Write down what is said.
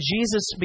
Jesus